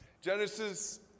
Genesis